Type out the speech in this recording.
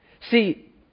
See